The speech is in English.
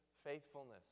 Faithfulness